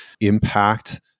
impact